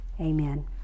amen